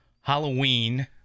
Halloween